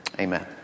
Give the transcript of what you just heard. Amen